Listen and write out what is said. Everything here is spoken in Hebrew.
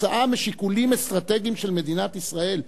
כתוצאה משיקולים אסטרטגיים של מדינת ישראל.